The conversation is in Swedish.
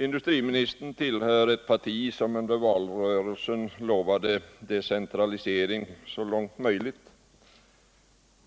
Industriministern tillhör ett parti som under valrörelsen lovade decentralisering så långt som möjligt,